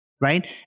right